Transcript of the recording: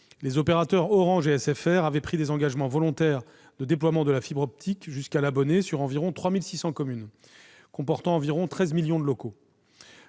les opérateurs Orange et SFR avaient pris des engagements volontaires de déploiement de la fibre optique jusqu'à l'abonné sur environ 3 600 communes, comportant environ treize millions de locaux.